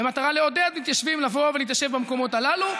במטרה לעודד מתיישבים לבוא ולהתיישב במקומות האלה.